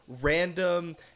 random